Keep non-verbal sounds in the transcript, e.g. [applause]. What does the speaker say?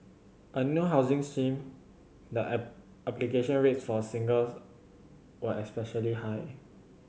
a new housing seem the [unintelligible] application rates for singles were especially high